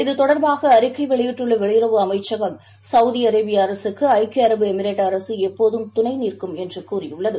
இது தொடர்பாகஅறிக்கைவெளியிட்டுள்ளவெளியுறவு அமைச்சகம் சவுதிஅரேபியஅரசுக்குறக்கிய அரபு எமிரேட் அரசுஎப்போதும் துணைநிற்கும் என்றுகூறியுள்ளது